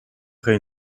crée